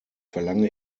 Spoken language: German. verlange